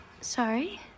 Sorry